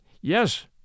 Yes